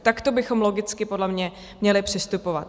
Takto bychom logicky podle mě měli přistupovat.